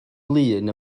lŷn